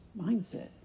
mindset